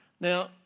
now